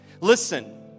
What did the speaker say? Listen